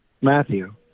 Matthew